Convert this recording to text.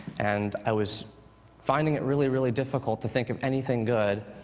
and i was finding it really, really difficult to think of anything good,